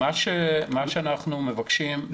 מה שאנחנו מבקשים,